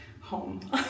home